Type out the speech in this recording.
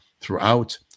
throughout